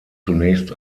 zunächst